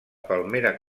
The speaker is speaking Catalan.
palmera